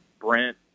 Brent